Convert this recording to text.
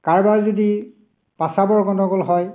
কাৰোবাৰ যদি পাচাবৰ গণ্ডগোল হয়